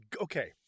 Okay